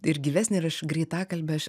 ir gyvesnė ir aš greitakalbė aš